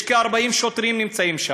כ-40 שוטרים נמצאים שם,